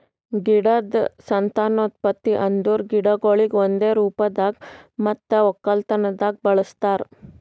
ಗಿಡದ್ ಸಂತಾನೋತ್ಪತ್ತಿ ಅಂದುರ್ ಗಿಡಗೊಳಿಗ್ ಒಂದೆ ರೂಪದಾಗ್ ಮತ್ತ ಒಕ್ಕಲತನದಾಗ್ ಬಳಸ್ತಾರ್